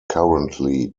currently